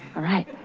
alright.